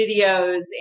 videos